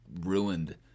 ruined